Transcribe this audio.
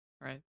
Right